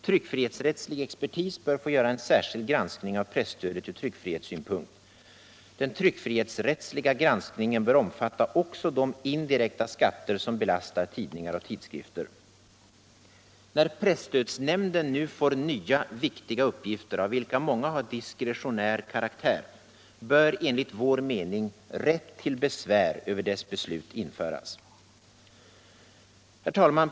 Tryckfrihetsrättslig expertis bör få göra en särskild granskning av presstödet ur tryckfrihetssynpunkt. Den tryckfrihetsrättsliga granskningen bör omfatta också de indirekta skatter som belastar tidningar och tidskrifter. När presstödsnämnden nu får nya viktiga uppgifter, av vilka många har diskretionär karaktär, bör enligt vår mening rätt till besvär över dess beslut införas. Herr talman!